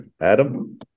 Adam